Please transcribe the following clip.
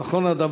1. הנכון הדבר?